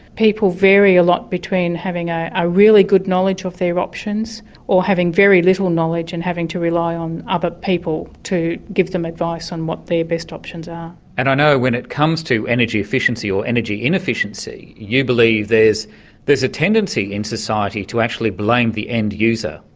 people vary a lot between having a really good knowledge of their options or having very little knowledge and having to rely on other people to give them advice on what their best options are. and i know when it comes to energy efficiency or energy inefficiency, you believe there is a tendency in society to actually blame the end user.